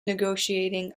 negotiating